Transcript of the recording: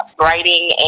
writing